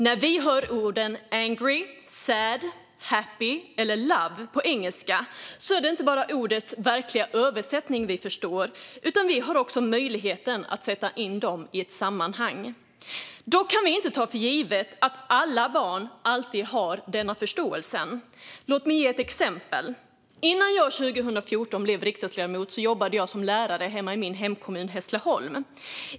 När vi hör orden "angry", "sad", "happy" eller "love" på engelska är det inte bara ordens verkliga mening vi förstår, utan vi har också möjlighet att sätta in dem i ett sammanhang. Dock kan man inte ta för givet att alla barn alltid har denna förståelse. Låt mig ge ett exempel. Innan jag 2014 blev riksdagsledamot jobbade jag som lärare i min hemkommun Hässleholm.